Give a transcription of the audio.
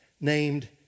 named